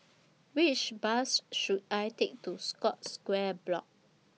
Which Bus should I Take to Scotts Square Block